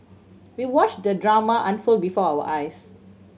we watched the drama unfold before our eyes